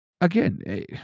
again